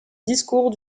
discours